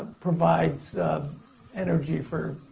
ah provides energy for,